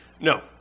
No